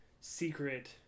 secret